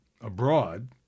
abroad